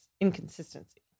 inconsistency